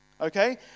Okay